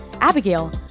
Abigail